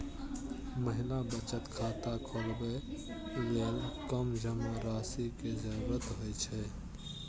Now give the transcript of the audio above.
महिला बचत खाता खोलबै लेल कम जमा राशि के जरूरत होइ छै